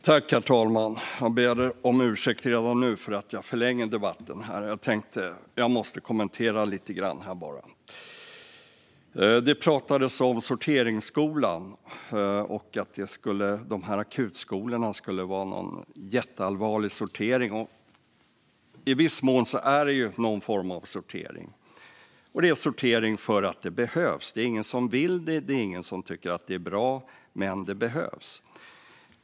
Herr talman! Jag ber om ursäkt redan nu för att jag förlänger debatten. Jag måste bara kommentera lite grann. Det pratades om sorteringsskolan och att dessa akutskolor skulle vara någon jätteallvarlig sortering. I viss mån är det någon form av sortering, och det är en sortering för att det behövs. Det är ingen som vill detta. Det är ingen som tycker att det är bra. Men det behövs.